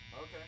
Okay